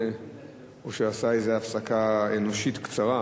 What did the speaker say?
או שעשה הפסקה אנושית קצרה.